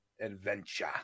adventure